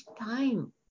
time